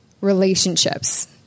relationships